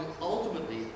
ultimately